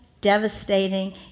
devastating